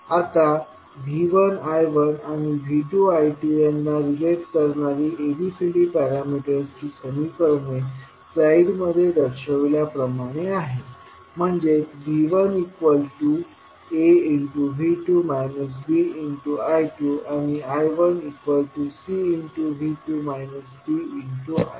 आता V1 I1आणि V2 I2 यांना रिलेट करणारी ABCD पॅरामीटर्सची समीकरणे स्लाइडमध्ये दर्शविल्याप्रमाणे आहेत म्हणजे V1AV2 BI2 आणि I1CV2 DI2 आहे